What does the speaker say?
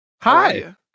Hi